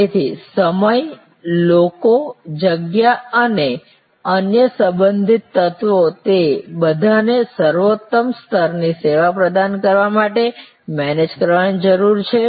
તેથી સમય લોકો જગ્યા અને અન્ય સંબંધિત તત્વો તે બધાને સર્વોત્તમ સ્તરની સેવા પ્રદાન કરવા માટે મેનેજ કરવાની જરૂર છે